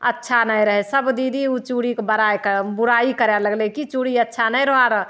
अच्छा नहि रहै सब दीदी ओ चूड़ीक बड़ाइ करऽ बुराइ करै लगलै कि चूड़ी अच्छा नहि रहै रऽ